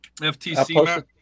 FTC